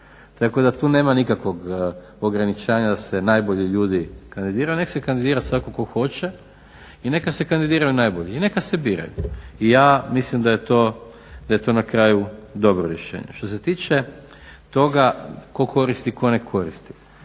tako da tu nema nikakvog ograničavanja da se najbolji ljudi kandidiraju. Neka se kandidira svatko tko hoće i neka se kandidiraju najbolji i neka se biraju. Ja mislim da je to na kraju dobro rješenje. Što se tiče toga tko koristi tko ne koristi,